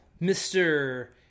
Mr